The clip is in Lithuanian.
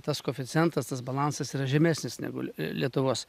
tas koeficientas tas balansas yra žemesnis negu lie lietuvos